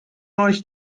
euch